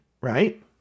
right